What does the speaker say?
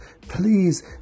please